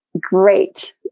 great